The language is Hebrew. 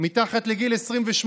שהם מתחת לגיל 28,